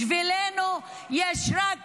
בשבילנו יש רק